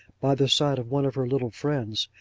by the side of one of her little friends,